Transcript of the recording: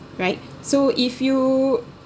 right so if you